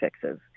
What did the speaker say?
fixes